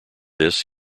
this